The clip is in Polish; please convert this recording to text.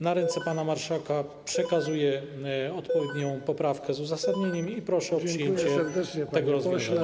Na ręce pana marszałka przekazuję odpowiednią poprawkę z uzasadnieniem i proszę o przyjęcie tego rozwiązania.